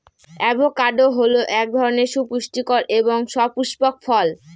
avocado হল এক ধরনের সুপুষ্টিকর এবং সপুস্পক ফল